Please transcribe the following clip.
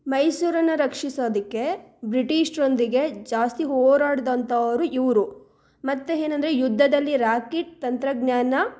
ಮೈಸೂರನ್ನು ರಕ್ಷಿಸೋದಕ್ಕೆ ಬ್ರಿಟಿಷರೊಂದಿಗೆ ಜಾಸ್ತಿ ಹೋರಾಡಿದಂಥವ್ರು ಇವರು ಮತ್ತು ಏನಂದ್ರೆ ಯುದ್ಧದಲ್ಲಿ ರಾಕಿಟ್ ತಂತ್ರಜ್ಞಾನ